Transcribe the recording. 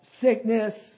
sickness